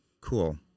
Cool